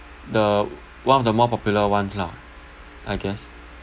the one of the more popular ones lah I guess